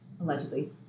allegedly